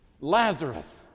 Lazarus